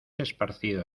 esparcido